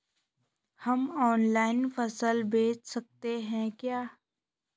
हम ऑनलाइन फसल बेच सकते हैं क्या?